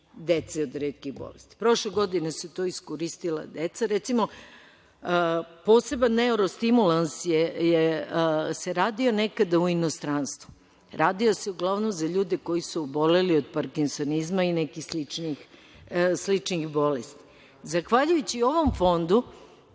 dece od retkih bolesti. Prošle godine su to iskoristila deca. Recimo, poseban neuro stimulans se radio nekada u inostranstvu. Radio se uglavnom za ljude koji su oboleli od parkisonizma i nekih sličnih bolesti. Zahvaljujući ovom fondu,